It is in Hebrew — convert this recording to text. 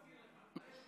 לך?